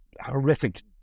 horrific